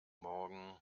morgen